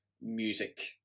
music